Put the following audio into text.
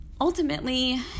ultimately